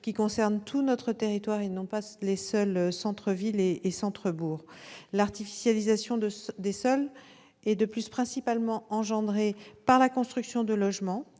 l'ensemble de notre territoire et non pas seulement les centres-villes et centres-bourgs. L'artificialisation des sols est principalement engendrée par la construction de logements,